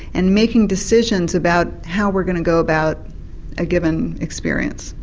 and making decisions about how we're going to go about a given experience.